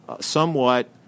somewhat